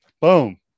boom